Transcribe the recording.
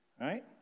right